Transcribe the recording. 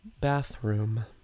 bathroom